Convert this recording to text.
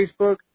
Facebook